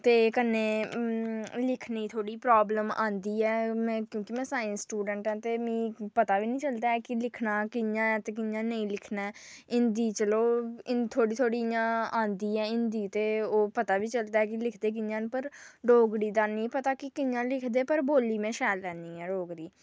ते कन्नै लिखने ई थोह्ड़ी प्राबलम औंदी ऐ में क्योंकि में साईंस स्टूडैंट आं ते मी पता गै निं चलदा कि लिखना कि'यां ऐ कि कि'यां नेईं लिखना ऐ हिंदी चलो हिंदी थोह्ड़ी थोह्ड़ी इ'यां औंदी ऐ हिंदी ते ओह् पता बी चलदा ऐ कि लिखदे कि'यां न पर डोगरी दा नेईं पता कि कि'यां लिखदे पर बोल्ली में शैल लैन्नी आं डोगरी